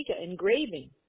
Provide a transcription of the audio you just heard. engraving